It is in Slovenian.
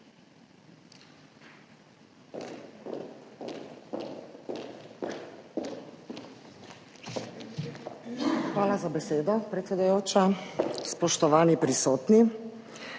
Hvala za besedo, predsedujoča. Spoštovani prisotni!